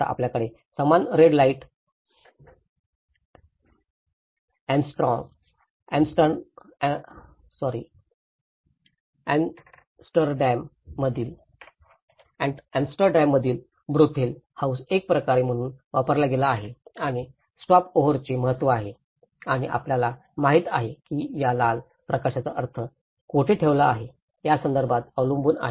आता आपल्याकडे समान रेड लाईट आम्सटरडॅम मधील ब्रॉथेल हाऊस एक प्रकार म्हणून वापरला गेला आहे आणि स्टॉपओव्हरचे महत्त्व आहे आणि आपल्याला माहिती आहे की या लाल प्रकाशाचा अर्थ तो कोठे ठेवला आहे त्या संदर्भात अवलंबून आहे